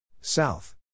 South